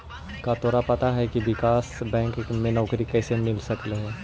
का तोरा पता हो की विकास बैंक में नौकरी कइसे मिल सकलई हे?